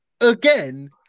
again